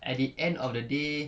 at the end of the day